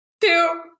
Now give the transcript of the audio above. two